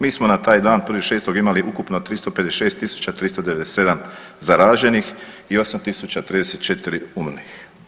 Mi smo na taj dan 1.6. imali ukupno 356397 zaraženih i 8034 umrlih.